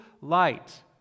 light